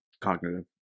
cognitive